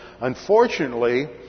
Unfortunately